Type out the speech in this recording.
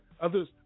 Others